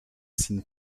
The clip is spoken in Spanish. sin